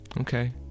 Okay